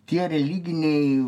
tie religiniai